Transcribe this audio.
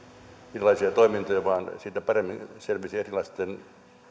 erilaisia toimintoja vaan siitä paremmin selviäisi erilaisten